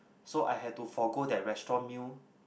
so I had to forgo that restaurant meal